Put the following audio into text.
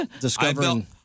discovering